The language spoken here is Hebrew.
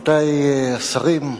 רבותי השרים,